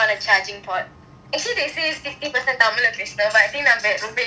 is it they say fifty percent tamil but I think english leh தான் பேசுறான்:thaan pesuraan